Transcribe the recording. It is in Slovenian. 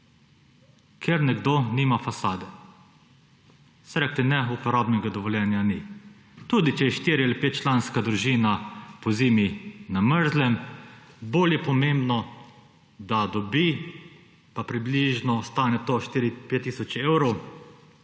ker nekdo nima fasade. So rekli: »Ne, uporabnega dovoljenja ni.« Tudi če je štiri- ali petčlanska družina pozimi na mrzlem, bolj je pomembno, da dobi, pa približno stane to 4 tisoč, 5 tisoč evrov